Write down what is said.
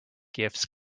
gifts